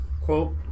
quote